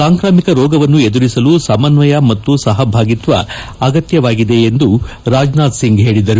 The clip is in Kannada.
ಸಾಂಕ್ರಾಮಿಕ ರೋಗವನ್ನು ಎದುರಿಸಲು ಸಮನ್ತಯ ಮತ್ತು ಸಹಭಾಗಿತ್ನ ಅಗತ್ಯವಾಗಿದೆ ಎಂದು ರಾಜನಾಥ್ ಸಿಂಗ್ ಹೇಳಿದ್ದಾರೆ